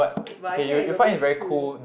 but I think I will be cool